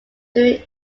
during